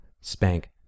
spank